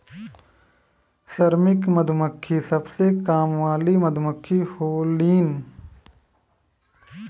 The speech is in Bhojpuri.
श्रमिक मधुमक्खी सबसे काम वाली मधुमक्खी होलीन